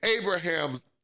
Abraham's